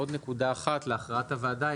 עוד נקודה אחת להכרעת הוועדה,